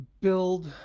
build